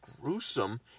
gruesome